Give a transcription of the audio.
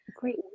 great